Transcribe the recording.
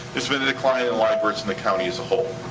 there's been a decline in live births in the county as a whole.